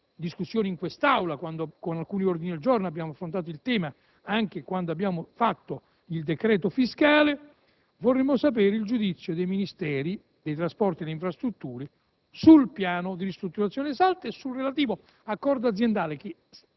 discussione in quest'Aula quando, con alcuni ordini del giorno, si è affrontato il tema con riferimento al cosiddetto decreto fiscale. Vorremmo conoscere il giudizio dei Ministeri dei trasporti e delle infrastrutture sul piano di ristrutturazione SALT e sul relativo accordo aziendale